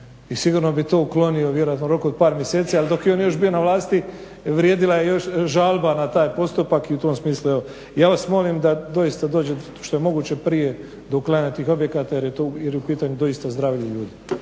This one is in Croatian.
i sigurno bi to ukloni vjerojatno u roku od par mjeseci, ali dok je on još bio na vlasti vrijedila je još žalba na taj postupak i u tom smislu evo. Ja vas molim da doista dođete što je moguće prije do uklanjanja tih objekata jer je u pitanju doista zdravlje ljudi.